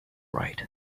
right